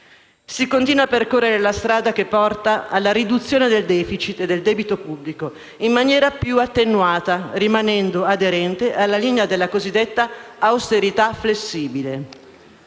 Si continua a percorrere la strada che porta alla riduzione del *deficit* e del debito pubblico in maniera più attenuata, rimanendo aderente alla linea della cosiddetta austerità flessibile.